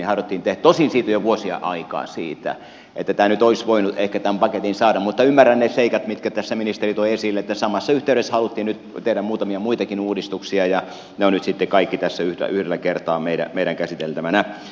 tosin siitä on jo vuosia aikaa niin että nyt olisi voinut ehkä tämän paketin saada mutta ymmärrän ne seikat mitkä tässä ministeri toi esille että samassa yhteydessä haluttiin nyt tehdä muutamia muitakin uudistuksia ja ne ovat nyt sitten kaikki tässä yhdellä kertaa meidän käsiteltävänämme